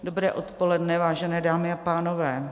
Dobré odpoledne, vážené dámy a pánové.